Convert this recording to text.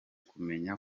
kumenyesha